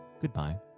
goodbye